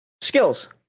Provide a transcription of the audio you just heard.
skills